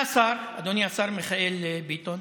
אתה שר, אדוני השר מיכאל ביטון,